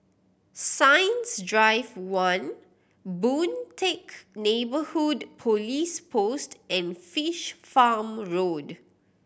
Science Drive One Boon Teck Neighbourhood Police Post and Fish Farm Road